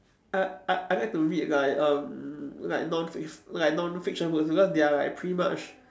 I I I like to read like um like non fic~ like non-fiction books because they are like pretty much